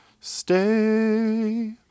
stay